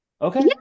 Okay